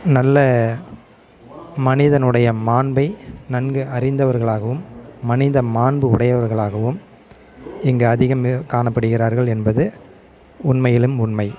நல்ல மனிதனுடைய மாண்பை நன்கு அறிந்தவர்களாகவும் மனித மாண்பு உடையவர்களாகவும் இங்கு அதிகம் பேர் காணப்படுகிறார்கள் என்பது உண்மையிலும் உண்மை